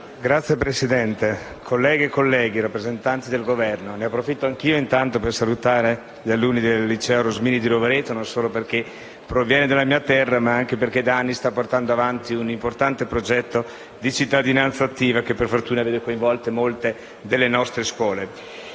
Signora Presidente, colleghe e colleghi, rappresentanti del Governo, ne approfitto anch'io per salutare gli allievi del liceo Rosmini di Rovereto, non solo perché provengono dalla mia terra ma anche perché da anni stanno portando avanti un importante progetto di cittadinanza attiva che per fortuna vede coinvolte molte delle nostre scuole.